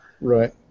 Right